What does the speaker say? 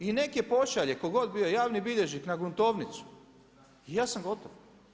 I neka je pošalje, tko god bio, javni bilježnik na gruntovnicu i ja sam gotov.